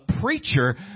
preacher